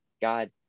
God